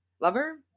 lover